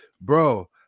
Bro